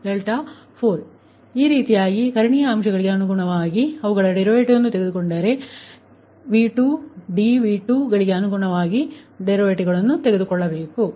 ಈಗ ಮಾಡುವುದೇನೆಂದರೆ ನೀವು ಕರ್ಣೀಯ ಅಂಶಗಳಿಗೆ ಅನುಗುಣವಾಗಿ ಅವುಗಳ ಡರಿವಿಟಿವಗಳನ್ನು ತೆಗೆದುಕೊಂಡರೆ ಅಂದರೆ ನಿಮ್ಮ V2 dV2ಗಳಿಗೆ ಅನುಗುಣವಾಗಿ ನೀವು ಡರಿವಿಟಿವಗಳನ್ನು ತೆಗೆದುಕೊಳ್ಳಬೇಕು